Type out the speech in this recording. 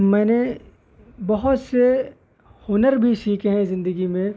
میں نے بہت سے ہنر بھی سیکھے ہیں زندگی میں